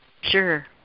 sure